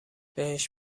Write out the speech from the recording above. بهش